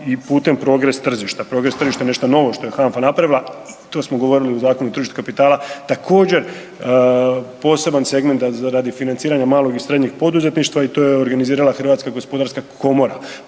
i putem progres tržišta. Progres tržišta je nešto novo što je HANFA napravila i to smo govorili u Zakonu o tržištu kapitala, također poseban segment radi financiranja malog i srednjeg poduzetništva i to je organizirala HGK. Puno ovakvih stvari,